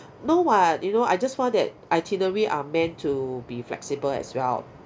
no what you know I just find that itinerary are meant to be flexible as well